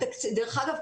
דרך אגב,